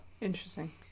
Interesting